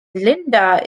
linda